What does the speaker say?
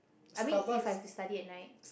I mean if I have to study at night